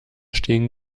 stehen